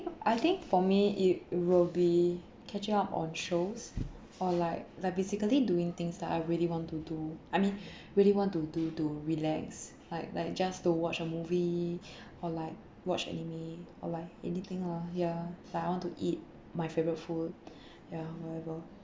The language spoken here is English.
I think for me it will be catching up on shows or like like basically doing things that I really want to do I mean really want to do to relax like like just to watch a movie or like watch anime or like editing lah yeah like I want to eat my favourite food ya whatever